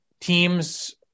teams